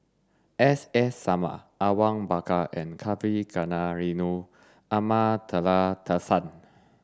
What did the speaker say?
S S Sarma Awang Bakar and Kavignareru Amallathasan